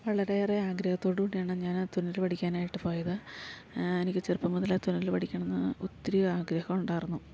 വളരെയേറെ ആഗ്രഹത്തോടൂടിയാണ് ഞാനാ തുന്നല് പഠിക്കാനായിട്ട് പോയത് എനിക്ക് ചെറുപ്പം മുതലേ തുന്നല് പഠിക്കണം എന്ന് ഒത്തിരിയാഗ്രഹം ഉണ്ടായിരുന്നു